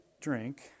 drink